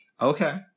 Okay